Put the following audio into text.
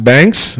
Banks